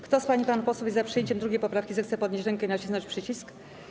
Kto z pań i panów posłów jest za przyjęciem 2. poprawki, zechce podnieść rękę i nacisnąć przycisk.